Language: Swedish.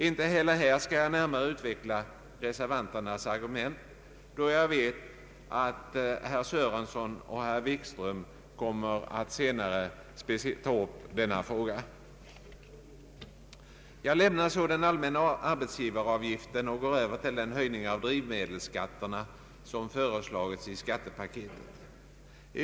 Inte heller här skall jag närmare utveckla reservanternas argument, då jag vet att herr Sörenson och herr Wikström kommer att ta upp denna fråga. Jag lämnar så frågan om den allmänna arbetsgivaravgiften och går över till den höjning av drivmedelsskatterna som föreslagits i skattepaketet.